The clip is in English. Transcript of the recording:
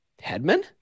Headman